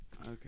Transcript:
okay